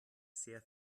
sehr